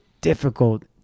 difficult